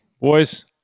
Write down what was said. Boys